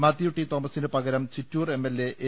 Mathew T തോമസിനു പകരം Chittur M L A A